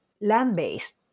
land-based